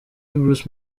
bruce